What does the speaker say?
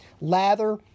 Lather